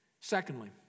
Secondly